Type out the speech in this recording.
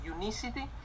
unicity